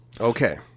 okay